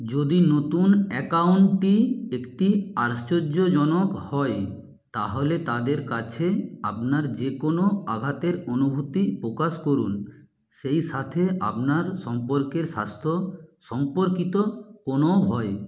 যদি নতুন অ্যাকাউন্টটি একটি আর্শ্চয্যজনক হয় তাহলে তাদের কাছে আপনার যে কোনও আঘাতের অনুভূতি প্রকাশ করুন সেই সাথে আপনার সম্পর্কের স্বাস্থ্য সম্পর্কিত কোনও ভয়